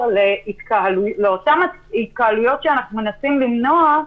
לאותן התקהלויות שאנחנו מנסים למנוע,